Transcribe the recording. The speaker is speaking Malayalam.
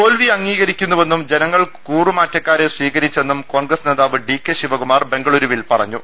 തോൽവി അംഗീകരിക്കുന്നുവെന്നും ജനങ്ങൾ കൂറുമാറ്റക്കാരെ സ്വീകരിച്ചെന്നും കോൺഗ്രസ് നേതാവ് ഡി കെ ശിവകുമാർ ബംഗ ളൂരിവിൽ പറഞ്ഞു